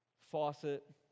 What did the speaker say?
faucet